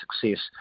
success